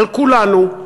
על כולנו,